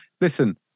listen